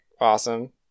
awesome